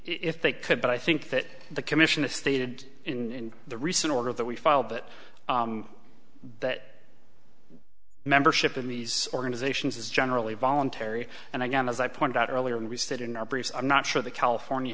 if they could but i think that the commission is stated in the recent order that we filed that that membership in these organizations is generally voluntary and again as i pointed out earlier and we said in our briefs i'm not sure that california